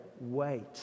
wait